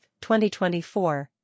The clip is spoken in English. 2024